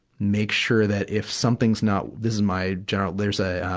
make sure that, if something's not this is my general there's a, um,